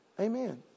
Amen